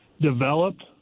developed